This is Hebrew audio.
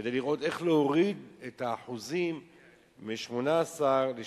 כדי לראות איך להוריד את האחוזים מ-18% ל-12%.